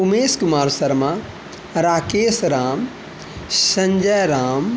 Umesh Kumar Sharma Rakesh Ram Sanjay Ram